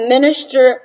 Minister